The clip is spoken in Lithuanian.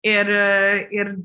ir ir